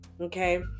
Okay